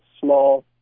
small